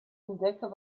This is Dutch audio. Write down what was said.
ontdekken